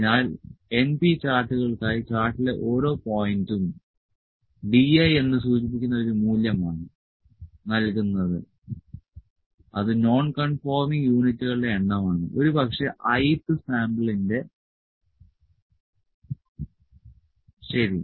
അതിനാൽ np ചാർട്ടുകൾക്കായി ചാർട്ടിലെ ഓരോ പോയിന്റും Diഎന്ന് സൂചിപ്പിക്കുന്ന ഒരു മൂല്യമാണ് നൽകുന്നത് അത് നോൺ കൺഫോർമിങ് യൂണിറ്റുകളുടെ എണ്ണമാണ് ഒരുപക്ഷേ ith സാംപിളിന്റെ ശരി